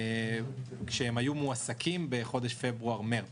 כשהם היו מועסקים בחודשים פברואר-מרץ,